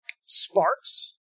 sparks